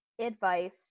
advice